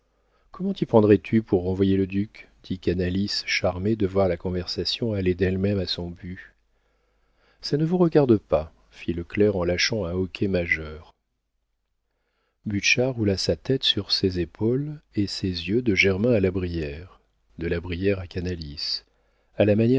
comment t'y prendrais tu pour renvoyer le duc dit canalis charmé de voir la conversation aller d'elle-même à son but ça ne vous regarde pas fit le clerc en lâchant un hoquet majeur butscha roula sa tête sur ses épaules et ses yeux de germain à la brière de la brière à canalis à la